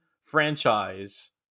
franchise